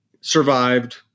survived